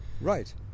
right